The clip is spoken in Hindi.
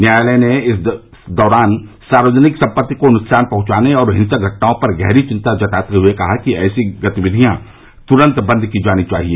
न्यायालय ने इस दौरान सार्वजनिक सम्पत्ति को नुकसान पहुंचाने और हिंसक घटनाओं पर गहरी चिंता जताते हुए कहा कि ऐसी गतिविधियां तुरन्त बंद की जानी चाहिए